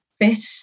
fit